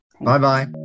Bye-bye